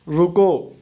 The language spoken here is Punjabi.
ਰੁਕੋ